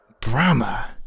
Brahma